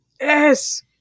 Yes